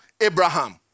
Abraham